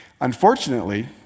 unfortunately